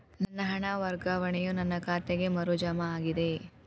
ನನ್ನ ಹಣ ವರ್ಗಾವಣೆಯು ನನ್ನ ಖಾತೆಗೆ ಮರು ಜಮಾ ಆಗಿದೆ